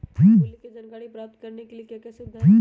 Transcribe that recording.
मूल्य के जानकारी प्राप्त करने के लिए क्या क्या सुविधाएं है?